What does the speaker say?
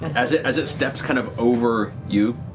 as it as it steps kind of over you,